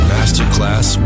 Masterclass